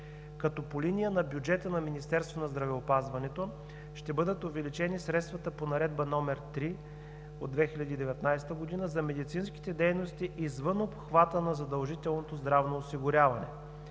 като по линия на бюджета на Министерството на здравеопазването ще бъдат увеличени средствата по Наредба № 3 от 2019 г. за медицинските дейности извън обхвата на задължителното здравно осигуряване,